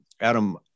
Adam